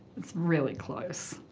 it's really close.